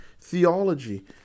theology